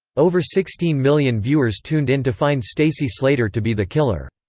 over sixteen million viewers tuned in to find stacey slater to be the killer.